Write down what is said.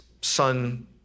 son